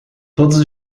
todos